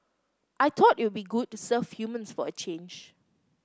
I thought it would be good to serve humans for a change